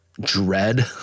dread